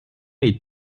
est